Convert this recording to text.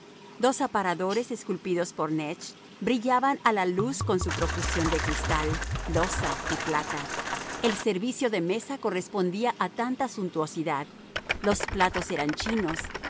dos aparadores esculpidos por knecht brillaban a la luz con su profusión de cristal loza y plata el servicio de mesa correspondía a tanta suntuosidad los platos eran chinos